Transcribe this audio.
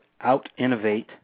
out-innovate